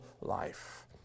life